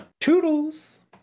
toodles